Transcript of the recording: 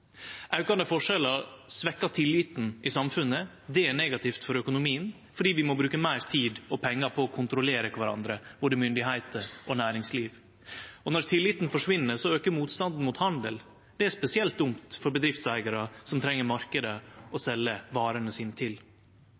Aukande forskjellar svekkjer tilliten i samfunnet. Det er negativt for økonomien fordi vi må bruke meir tid og pengar på å kontrollere kvarandre – både myndigheiter og næringsliv. Når tilliten forsvinn, aukar motstanden mot handel. Det er spesielt dumt for bedriftseigarar som treng marknader å selje varene